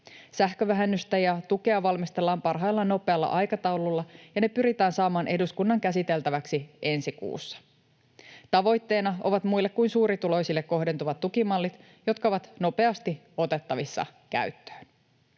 Sähkövähennystä ja ‑tukea valmistellaan parhaillaan nopealla aikataululla ja ne pyritään saamaan eduskunnan käsiteltäviksi ensi kuussa. Tavoitteena ovat muille kuin suurituloisille kohdentuvat tukimallit, jotka ovat nopeasti otettavissa käyttöön.